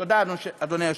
תודה, אדוני היושב-ראש.